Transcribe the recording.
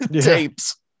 tapes